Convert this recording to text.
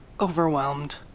overwhelmed